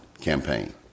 campaign